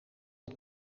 het